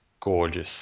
gorgeous